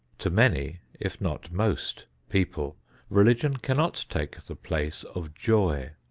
to many if not most people religion cannot take the place of joy.